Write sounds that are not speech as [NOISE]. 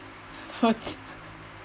okay [LAUGHS]